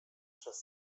przez